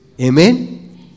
Amen